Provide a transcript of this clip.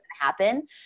happen